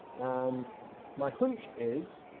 and my hunch is,